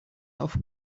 auf